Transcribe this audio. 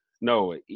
no